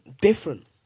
different